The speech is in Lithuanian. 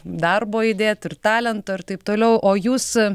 darbo įdėt ir talento ir taip toliau o jūs